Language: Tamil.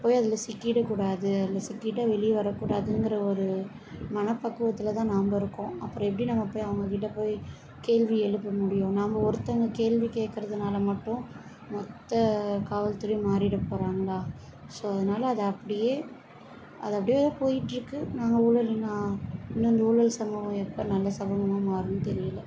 போய் அதில் சிக்கிவிட கூடாது அதில் சிக்கிவிட்டா வெளியே வரக்கூடாதுங்குற ஒரு மனபக்குவத்தில் தான் நாம இருக்கோம் அப்புறம் எப்படி நம்ம போய் அவங்கள்கிட்ட போய் கேள்வி எழுப்ப முடியும் நாம ஒருத்தங்க கேள்வி கேட்குறதுனால மட்டும் மொத்த காவல்துறையும் மாறிவிட போகறாங்களா ஸோ அதனால அதை அப்படியே அது அப்படியே போயிட்டுருக்கு நாங்கள் ஊழல் இன்னும் இந்த ஊழல் சமூகம் எப்போ நல்ல சமூகமாக மாறும்னு தெரியல